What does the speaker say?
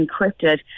encrypted